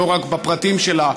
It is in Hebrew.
לא רק בפרטים שלה,